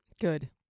Good